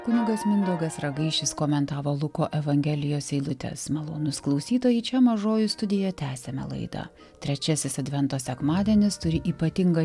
kunigas mindaugas ragaišis komentavo luko evangelijos eilutes malonūs klausytojai čia mažoji studija tęsiame laidą trečiasis advento sekmadienis turi ypatingą